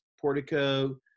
portico